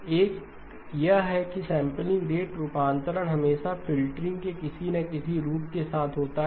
एक यह है कि सैंपलिंग रेट रूपांतरण हमेशा फ़िल्टरिंगके किसी न किसी रूप के साथ होता है